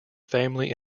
family